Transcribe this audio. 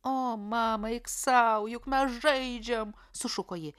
o mama eik sau juk mes žaidžiam sušuko ji